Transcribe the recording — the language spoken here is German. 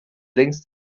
längst